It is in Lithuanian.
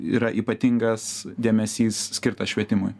yra ypatingas dėmesys skirtas švietimui